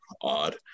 odd